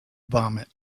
vomit